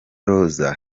rose